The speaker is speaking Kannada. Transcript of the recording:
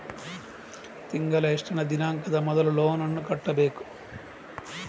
ತಿಂಗಳ ಎಷ್ಟನೇ ದಿನಾಂಕ ಮೊದಲು ಲೋನ್ ನನ್ನ ಕಟ್ಟಬೇಕು?